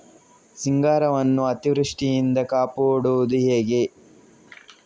ಸಿಂಗಾರವನ್ನು ಅತೀವೃಷ್ಟಿಯಿಂದ ಕಾಪಾಡುವುದು ಹೇಗೆ?